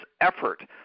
effort